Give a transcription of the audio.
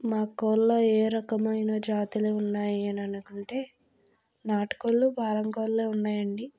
మా కోళ్లు ఏ రకమైన జాతులు ఉన్నాయి అని అనుకుంటే నాటు కోళ్లు పారం కోళ్లు ఉన్నాయండి